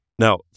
Now